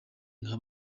nka